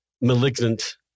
malignant